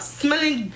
smelling